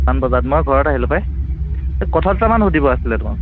পাণবজাৰত মই ঘৰত আহিলোঁ পাই এই কথা দুটামান সুধিব আছিল তোমাক